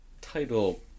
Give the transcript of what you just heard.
title